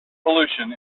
pollution